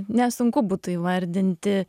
nesunku būtų įvardinti